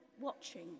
watching